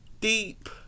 deep